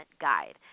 Guide